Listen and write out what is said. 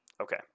Okay